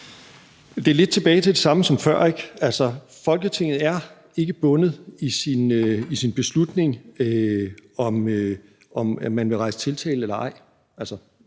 Det er lidt tilbage til det samme som før, ikke? Folketinget er ikke bundet i sin beslutning om, om man vil rejse tiltale eller ej